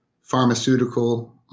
pharmaceutical